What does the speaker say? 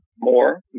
more